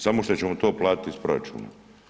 Samo što ćemo to platiti iz proračuna.